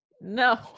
No